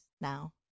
now